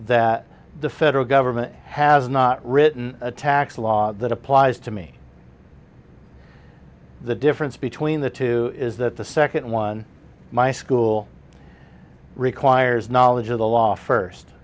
that the federal government has not written a tax law that applies to me the difference between the two is that the second one my school requires knowledge of the law first